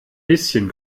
bisschen